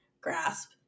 grasp